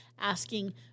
asking